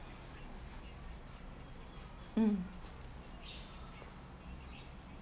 um